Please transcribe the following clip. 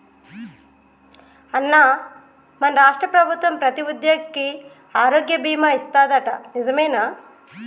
అన్నా మన రాష్ట్ర ప్రభుత్వం ప్రతి ఉద్యోగికి ఆరోగ్య బీమా ఇస్తాదట నిజమేనా